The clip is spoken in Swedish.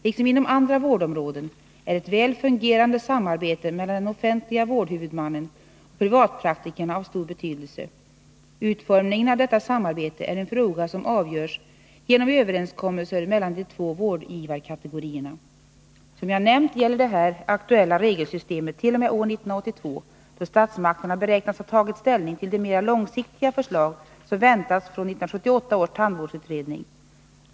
Liksom inom andra vårdområden är ett väl fungerande samarbete mellan den offentliga vårdhuvudmannen och privatpraktikerna av stor betydelse. Utformningen av detta samarbete är en fråga som avgörs genom överenskommelser mellan de två vårdgivarkategorierna. Som jag nämnt gäller det här aktuella regelsystemet t.o.m. år 1982, då statsmakterna beräknas ha tagit ställning till de mera långsiktiga förslag som väntas från 1978 års tandvårdsutredning.